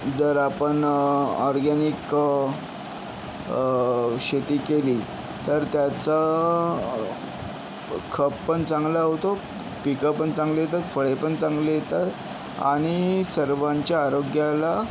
जर आपण ऑर्गनिक शेती केली तर त्याचा खप पण चांगला होतो पिकं पण चांगली येतातं फळे पण चांगली येतात आणि सर्वांच्या आरोग्याला